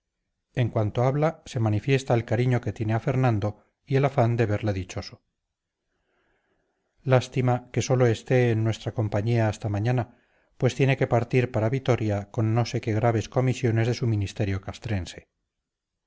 en cuanto habla se manifiesta el cariño que tiene a fernando y el afán de verle dichoso lástima que sólo esté en nuestra compañía hasta mañana pues tiene que partir para vitoria con no sé qué graves comisiones de su ministerio castrense